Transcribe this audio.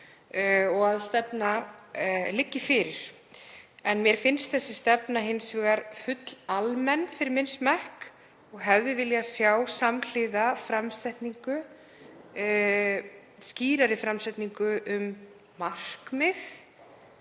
og að hún liggi fyrir. En mér finnst stefnan hins vegar full almenn fyrir minn smekk og hefði viljað sjá samhliða skýrari framsetningu um markmið,